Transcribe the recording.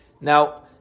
Now